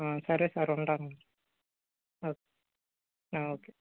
ఆ సరే సార్ ఉంటాను ఓకే ఆ ఓకే